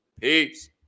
peace